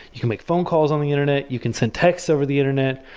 you can make phone calls on the internet, you can send texts over the internet,